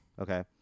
Okay